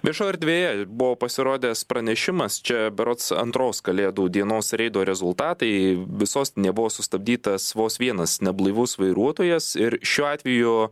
viešoj erdvėje buvo pasirodęs pranešimas čia berods antros kalėdų dienos reido rezultatai visos nebuvo sustabdytas vos vienas neblaivus vairuotojas ir šiuo atveju